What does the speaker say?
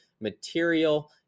material